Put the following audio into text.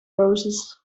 roses